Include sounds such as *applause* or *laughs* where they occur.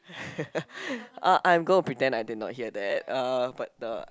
*laughs* uh I'm gonna pretend I did not hear that uh but uh